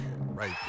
right